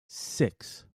six